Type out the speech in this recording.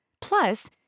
Plus